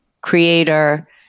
creator